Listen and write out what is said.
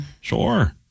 Sure